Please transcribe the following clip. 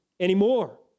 anymore